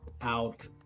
out